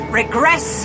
regress